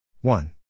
one